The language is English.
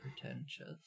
pretentious